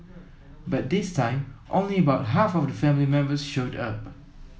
but this time only about half of the family members showed up